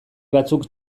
batzuk